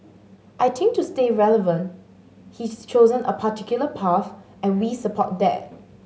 I think to stay relevant he's chosen a particular path and we support that